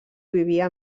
vivia